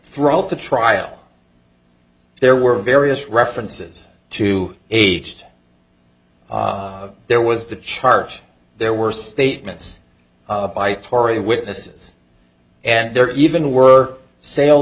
throughout the trial there were various references to aged there was the charge there were statements by tory witnesses and there even were sales